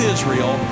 Israel